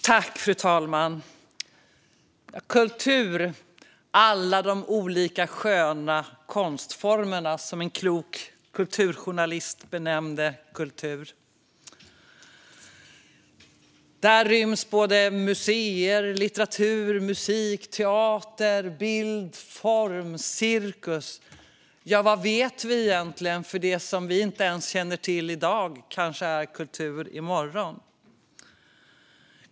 Fru talman! Kultur - alla de olika sköna konstformerna, som en klok kulturjournalist benämnde det. Där ryms både museer, litteratur, musik, teater, bild, form, cirkus - ja, vad vet vi egentligen? Det som vi inte ens känner till i dag kanske är kultur i morgon.